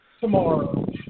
tomorrow